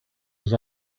was